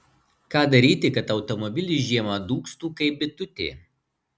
ką daryti kad automobilis žiemą dūgztų kaip bitutė